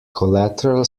collateral